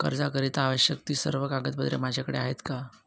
कर्जाकरीता आवश्यक ति सर्व कागदपत्रे माझ्याकडे आहेत का?